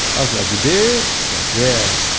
i was like, you did? he's like, yeah,